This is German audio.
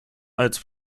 als